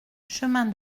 chemin